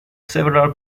several